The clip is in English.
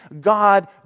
God